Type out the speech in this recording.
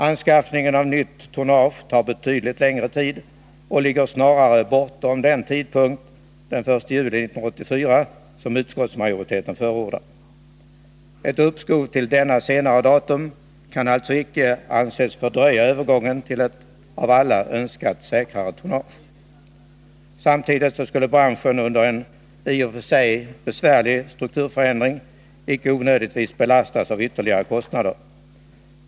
Anskaffningen av nytt tonnage tar betydligt längre tid, och ligger snarare bortom den tidpunkt — den 1 juli 1984 — som utskottsmajoriteten förordar. Ett uppskov till detta senare datum kan alltså icke anses fördröja övergången till ett av alla önskat säkrare tonnage. Samtidigt skulle branschen under en i och för sig besvärlig strukturförändring icke onödigtvis belastas av ytterligare kostnader.